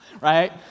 right